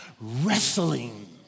wrestling